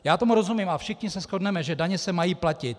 Já tomu rozumím a všichni se shodneme, že daně se mají platit.